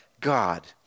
God